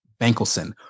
Bankelson